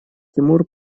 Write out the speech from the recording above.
тимур